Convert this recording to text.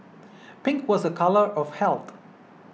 pink was a colour of health